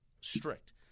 strict